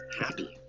happy